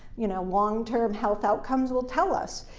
you know, long-term health outcomes will tell us.